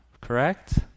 correct